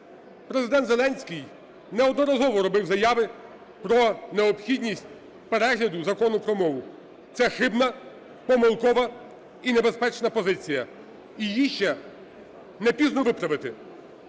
Президент Зеленський неодноразово робив заяви про необхідність перегляду Закону про мову. Це хибна, помилкова і небезпечна позиція. Її ще не пізно виправити.